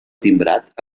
timbrat